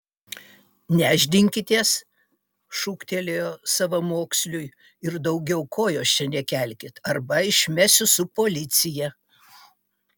nešdinkitės šūktelėjo savamoksliui ir daugiau kojos čia nekelkit arba išmesiu su policija